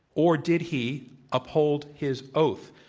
or did he uphold his oath?